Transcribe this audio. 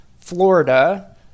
Florida